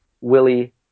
Willie